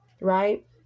right